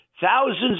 Thousands